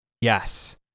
yes